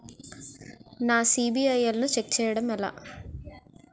నా సిబిఐఎల్ ని ఛెక్ చేయడం ఎలా?